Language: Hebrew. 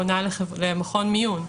פונה למכון מיון,